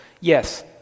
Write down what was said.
Yes